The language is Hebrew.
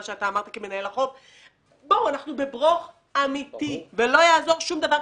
אנחנו בברוך אמיתי, ולא יעזור שום דבר.